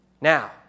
Now